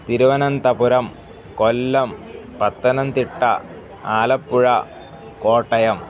Thiruvananthapuram Kollam Pathanamthitta Alappuzha Kottayam